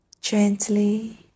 gently